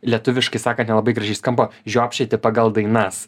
lietuviškai sakant nelabai gražiai skamba žiopčioti pagal dainas